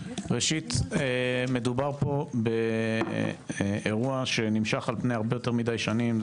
ראשית מדובר פה באירוע שנמשך על פני הרבה יותר מידי שנים,